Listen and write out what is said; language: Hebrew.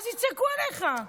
אז יצעקו עליך.